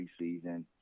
preseason